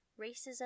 racism